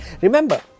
Remember